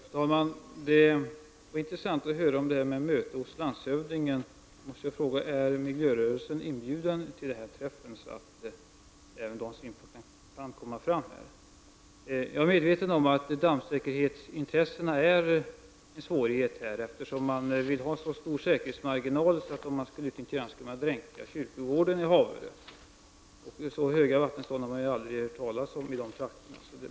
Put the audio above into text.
Fru talman! Det var intressant att höra om mötet hos landshövdingen. Jag måste fråga: Är miljörörelsens respresentant inbjuden till detta möte så att även miljörörelsens synpunkter kan komma fram? Jag är medveten om att dammsäkerhetsintresset är en svårighet här, eftersom man vill ha så stora säkerhetsmarginaler att inte ens kyrkogården i Haverö kan dränkas. Så höga vattenstånd har man aldrig hört talas om i dessa trakter.